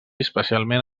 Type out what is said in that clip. especialment